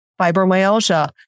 fibromyalgia